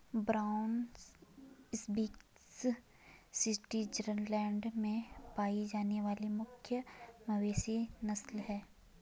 brown Swiss Switzerland में पाई जाने वाली मुख्य मवेशी नस्ल है